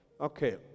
Okay